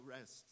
rest